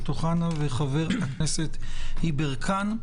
אוחנה ויברקן.